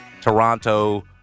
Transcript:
Toronto